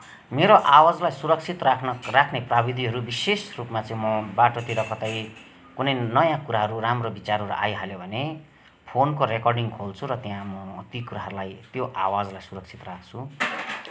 मेरो आवाजलाई सुरक्षित राख्न राख्ने प्राविधिहरू विशेष चाहिँ म बाटोतिर कतै कुनै नयाँ कुराहरू राम्रो विचारहरू आइहाल्यो भने फोनको रेकर्डिङ खोल्छुँ र त्यहाँ म ती कुराहरूलाई त्यो आवाजलाई सुरक्षित राख्छुँ